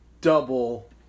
double